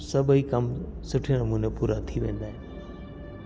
सभई कमु सुठे नमूने पूरा थी वेंदा आहिनि